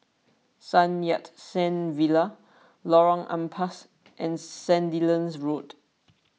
Sun Yat Sen Villa Lorong Ampas and Sandilands Road